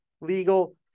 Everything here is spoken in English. legal